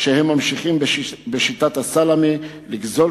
שהם ממשיכים בשיטת הסלאמי לגזול,